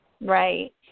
Right